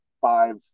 five